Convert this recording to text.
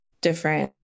different